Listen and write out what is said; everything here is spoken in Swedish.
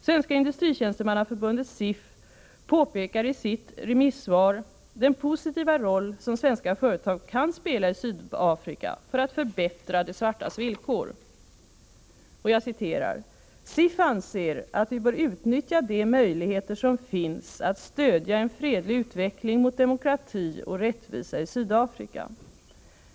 Svenska industritjänstemannaförbundet påpekar i sitt remissvar den positiva roll som svenska företag kan spela i Sydafrika för att förbättra de svartas villkor: ”SIF anser att vi bör utnyttja de möjligheter som finns att stödja en fredlig utveckling mot demokrati och rättvisa i Sydafrika.